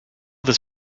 this